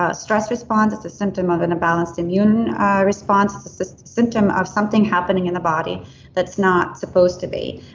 ah stress response. it's a symptom of an imbalanced immune response. it's a symptom of something happening in the body that's not supposed to be.